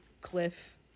cliff